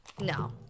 no